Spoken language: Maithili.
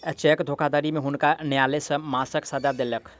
चेक धोखाधड़ी में हुनका न्यायलय छह मासक सजा देलकैन